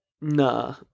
Nah